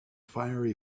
fiery